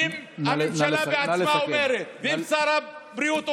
אם הממשלה בעצמה אומרת, אם שר הבריאות אומר: